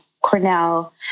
Cornell